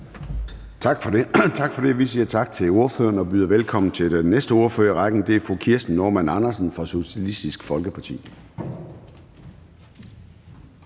Tak for det. Vi siger tak til ordføreren og byder velkommen til den næste ordfører i rækken. Det er fru Kirsten Normann Andersen fra Socialistisk Folkeparti.